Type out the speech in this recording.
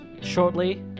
shortly